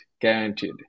guaranteed